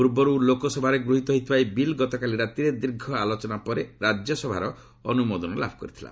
ପୂର୍ବରୁ ଲୋକସଭାରେ ଗୃହୀତ ହୋଇଥିବା ଏହି ବିଲ୍ ଗତକାଲି ରାତିରେ ଦୀର୍ଘ ଆଲୋଚନାପରେ ରାଜ୍ୟସଭାର ଅନ୍ତ୍ରମୋଦନ ଲାଭ କରିଥିଲା